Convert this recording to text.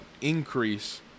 increase